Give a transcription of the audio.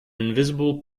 invisible